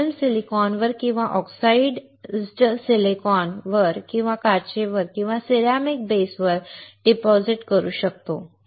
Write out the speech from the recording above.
आम्ही फिल्म सिलिकॉनवर किंवा ऑक्सिडाइज्ड सिलिकॉन वर किंवा काचेवर किंवा सिरेमिक बेसवर जमा करू शकतो